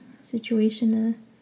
situation